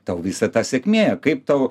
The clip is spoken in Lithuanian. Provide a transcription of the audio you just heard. tau visa ta sėkmė kaip tau